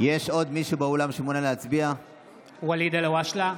ואליד אלהואשלה,